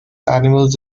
animals